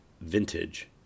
Vintage